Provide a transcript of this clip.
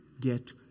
get